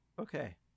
Okay